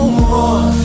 more